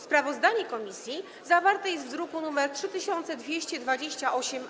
Sprawozdanie komisji zawarte jest w druku nr 3228-A.